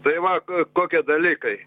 tai va kokie dalykai